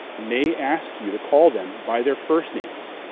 may ask you to call them by their first names.